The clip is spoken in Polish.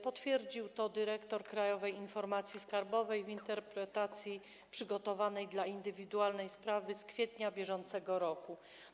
Potwierdził to dyrektor Krajowej Informacji Skarbowej w interpretacji przygotowanej dla indywidualnej sprawy z kwietnia br.